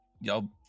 y'all